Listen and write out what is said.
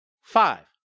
five